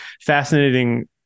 fascinating